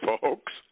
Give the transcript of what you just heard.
folks